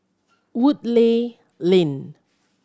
Woodleigh Lane